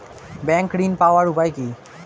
Bank ঋণ পাওয়ার উপায় কি?